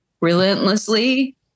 relentlessly